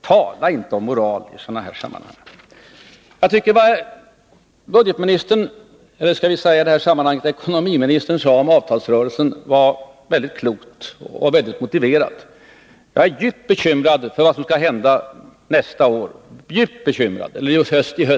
Tala inte om moral i sådana här sammanhang! Jag tycker att det budgetministern — eller skall vi kanske i det här sammanhanget säga ekonomiministern — sade om avtalsrörelsen var mycket klokt och mycket motiverat. Jag är djupt bekymrad för vad som skall hända i höst.